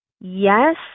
Yes